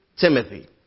Timothy